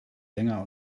länger